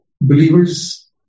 Believers